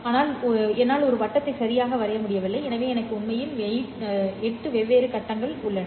ஆனால் என்னால் ஒரு வட்டத்தை சரியாக வரைய முடியவில்லை எனவே எனக்கு உண்மையில் 8 வெவ்வேறு கட்டங்கள் உள்ளன